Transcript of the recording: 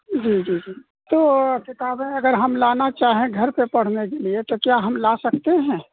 جی جی جی تو کتابیں اگر ہم لانا چاہیں گھر پہ پڑھنے کے لیے تو کیا ہم لا سکتے ہیں